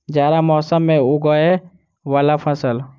जाड़ा मौसम मे उगवय वला फसल?